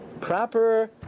proper